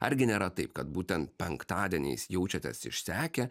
argi nėra taip kad būten penktadieniais jaučiatės išsekę